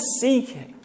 seeking